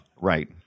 Right